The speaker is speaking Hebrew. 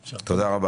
תודה.